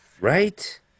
right